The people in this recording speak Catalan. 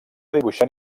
dibuixant